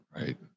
right